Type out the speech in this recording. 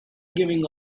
giving